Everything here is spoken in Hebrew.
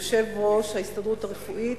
יושב-ראש ההסתדרות הרפואית,